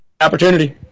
opportunity